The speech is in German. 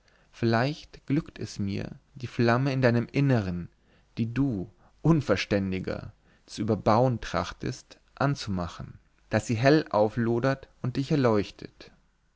vielleicht glückt es mir die flamme in deinem innern die du unverständiger zu überbauen trachtest anzumachen daß sie hell auflodert und dich erleuchtet